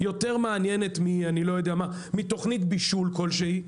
יותר מעניינת מתוכנית בישול כלשהי,